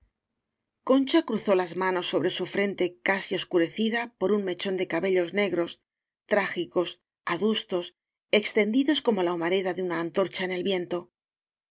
concha cruzó las manos sobre su frente casi oscurecida por un mechón de cabellos negros trágicos adustos extendidos como la humareda de una antorcha en el viento